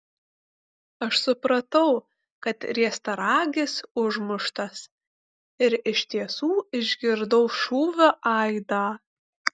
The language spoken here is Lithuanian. aš supratau kad riestaragis užmuštas ir iš tiesų išgirdau šūvio aidą